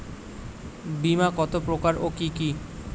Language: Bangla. বীমা কত প্রকার ও কি কি?